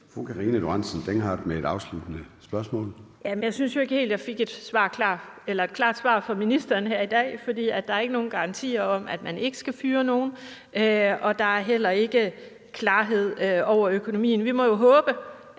Karina Lorentzen Dehnhardt (SF): Jeg synes jo ikke helt, jeg fik et klart svar fra ministeren her i dag. Der er ikke nogen garantier om, at man ikke skal fyre nogen, og der er heller ikke klarhed over økonomien. Vi må jo håbe, at